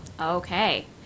Okay